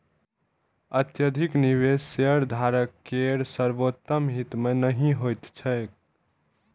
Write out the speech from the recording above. अत्यधिक निवेश शेयरधारक केर सर्वोत्तम हित मे नहि होइत छैक